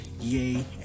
yay